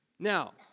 Now